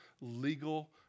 legal